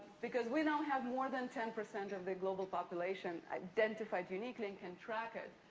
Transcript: because we don't have more than ten percent of the global population identified uniquely and can track it.